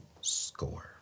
score